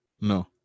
No